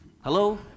Hello